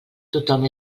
tothom